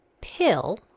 Pill